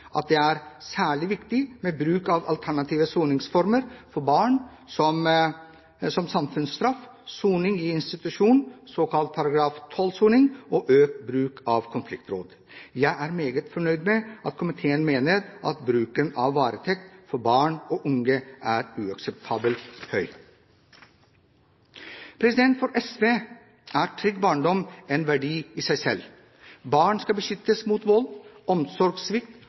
at det er særlig viktig med bruk av alternative soningsformer for barn, som samfunnsstraff, soning i institusjon – såkalt § 12-soning – og økt bruk av konfliktråd. Jeg er meget fornøyd med at komiteen mener at «bruken av varetekt for barn og unge er uakseptabel høy». For SV er en trygg barndom en verdi i seg selv. Barn skal beskyttes mot vold, omsorgssvikt